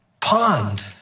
pond